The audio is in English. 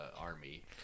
army